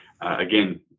again